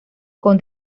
con